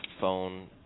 phone